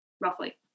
roughly